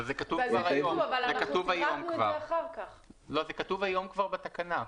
אבל זה כתוב כבר היום בתקנה.